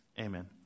Amen